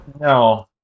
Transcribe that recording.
No